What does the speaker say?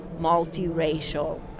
multiracial